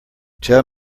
tell